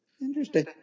Interesting